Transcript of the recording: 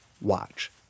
Watch